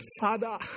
Father